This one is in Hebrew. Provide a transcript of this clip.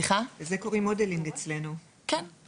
כן,